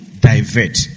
Divert